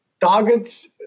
Targets